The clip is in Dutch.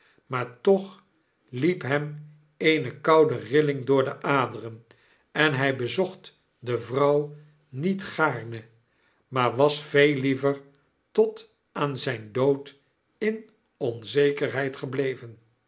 maar toch liep hem eene koude rilling door de aderen en hij bezocht de vrouw niet gaarne maar was veel liever tot aan zijn dood in onzekerheid gebleven